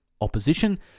opposition